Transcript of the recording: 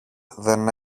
δεν